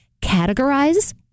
Categorize